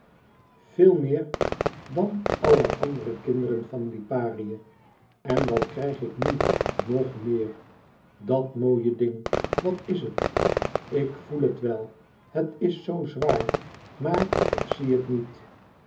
veel meer dan àlle àndere kinderen van liparië en wat krijg ik nu nog meer dat mooie ding wat is het ik voel het wel het is zoo zwaar maar ik zie het niet